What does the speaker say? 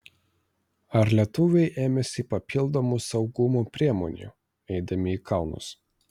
ar lietuviai ėmėsi papildomų saugumo priemonių eidami į kalnus